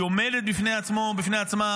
היא עומדת בפני עצמה,